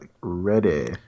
ready